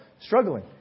struggling